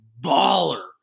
baller